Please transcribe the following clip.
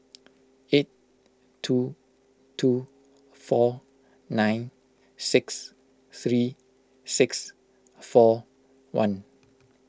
eight two two four nine six three six four one